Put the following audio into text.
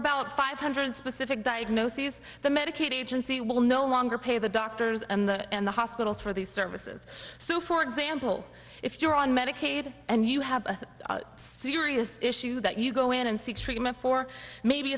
about five hundred specific diagnoses the medicaid agency will no longer pay the doctors and the hospitals for these services so for example if you're on medicaid and you have a serious issue that you go in and seek treatment for maybe